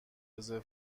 رزرو